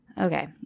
Okay